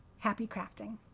happy crafting!